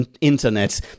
internet